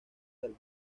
del